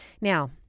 Now